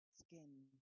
skin